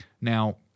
Now